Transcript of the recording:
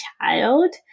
child